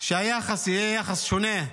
שהיחס יהיה יחס שונה,